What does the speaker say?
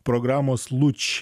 programos luč